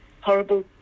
horrible